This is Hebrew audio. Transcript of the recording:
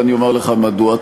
ואני אומר לך מדוע.